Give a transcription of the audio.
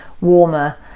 warmer